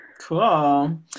Cool